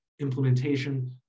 implementation